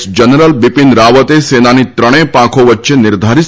CDS general Bipin રાવતે સેનાની ત્રણેય પાંખો વચ્ચે નિર્ધારીત